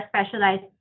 specialized